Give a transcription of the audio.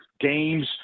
games